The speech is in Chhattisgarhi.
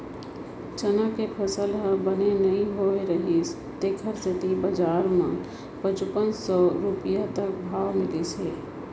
चना के फसल ह बने नइ होए रहिस तेखर सेती बजार म पचुपन सव रूपिया तक भाव मिलिस हे